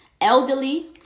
elderly